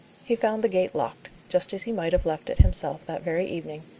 he found the gate locked, just as he might have left it himself that very evening,